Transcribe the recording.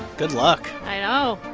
good luck i know.